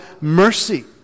mercy